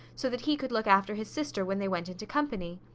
so that he could look after his sister when they went into company.